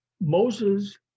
Moses